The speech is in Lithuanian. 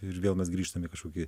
ir vėl mes grįžtam į kažkokį